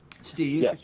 Steve